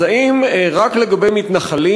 אז האם רק לגבי מתנחלים,